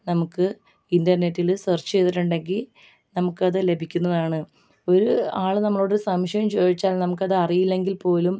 നമുക്ക് ഇൻ്റർനെറ്റിൽ സെർച്ച് ചെയ്തിട്ടുണ്ടെങ്കിൽ നമുക്കത് ലഭിക്കുന്നതാണ് ഒരു ആൾ നമ്മളോട് ഒരു സംശയം ചോദിച്ചാൽ നമുക്കത് അറിയില്ലെങ്കിൽ പോലും